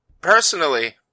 Personally